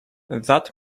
that